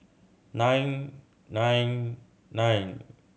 nine nine nine